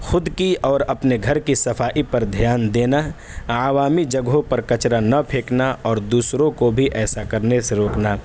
خود کی اور اپنے گھر کے صفائی پر دھیان دینا اور عوامی جگہوں پر کچرا نہ پھینکنا اور دوسروں کو بھی ایسا کرنے سے روکنا